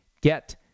get